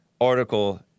article